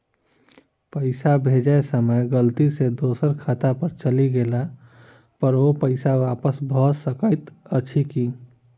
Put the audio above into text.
पैसा भेजय समय गलती सँ दोसर खाता पर चलि गेला पर ओ पैसा वापस भऽ सकैत अछि की?